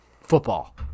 Football